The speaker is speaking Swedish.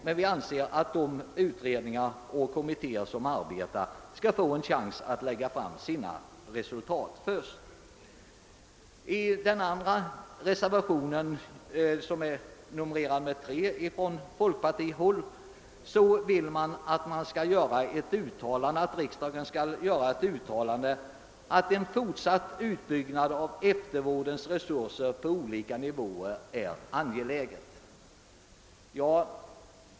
Men vi anser att de sittande utredningarna först måste lägga fram resultatet av sitt arbete. I reservationen 3, som undertecknats av utskottets folkpartiledamöter, yrkas att riksdagen skall uttala, att en fortsatt utbyggnad av eftervårdens resurser på olika nivåer är angelägen.